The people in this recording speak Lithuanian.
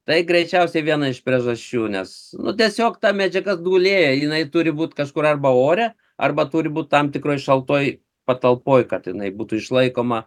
tai greičiausiai viena iš priežasčių nes nu tiesiog ta medžiaga dūlėja jinai turi būt kažkur arba ore arba turi būt tam tikroj šaltoj patalpoj kad jinai būtų išlaikoma